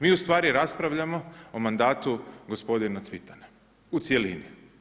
Mi u stvari raspravljamo o mandatu gospodina Cvitana u cjelini.